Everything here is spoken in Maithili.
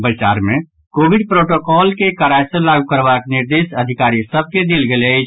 बैसार मे कोविड प्रोटोकॉल के कड़ाई सॅ लागू करबाक निर्देश अधिकारी सभ के देल गेल अछि